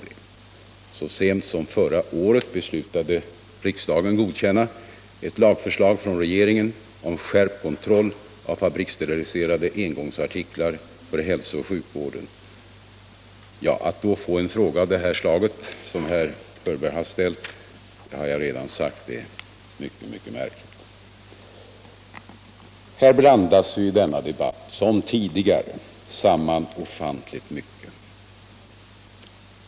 Jag vill här också erinra om att riksdagen så sent som förra året beslutade att godkänna ett lagförslag från regeringen om skärpt kontroll av fabrikssteriliserade engångsartiklar för hälsooch sjukvården. Att då få en fråga av det slag som herr Hörberg ställde är mycket märkligt. Som tidigare blandas i denna debatt samman ofantligt mycket.